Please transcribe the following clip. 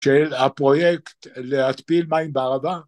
‫של הפרויקט להתפיל מים בערבה?